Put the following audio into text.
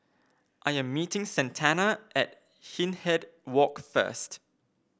I am meeting Santana at Hindhede Walk first